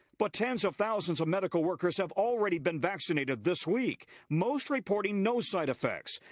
but tens of thousands of medical workers have already been vaccinated this week most reporting no side effects.